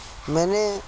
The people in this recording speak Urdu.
میں نے